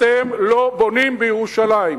אתם לא בונים בירושלים,